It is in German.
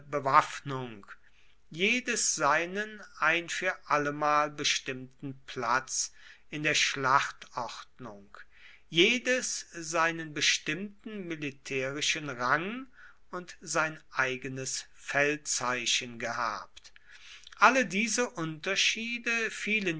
bewaffnung jedes seinen ein für allemal bestimmten platz in der schlachtordnung jedes seinen bestimmten militärischen rang und sein eigenes feldzeichen gehabt alle diese unterschiede fielen